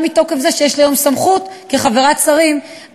גם מתוקף זה שיש לי היום סמכות כחברת ועדת השרים לארכיונים.